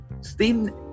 Steam